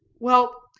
well,